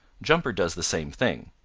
jumper does the same thing.